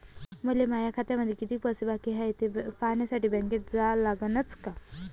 मले माया खात्यामंदी कितीक पैसा हाय थे पायन्यासाठी बँकेत जा लागनच का?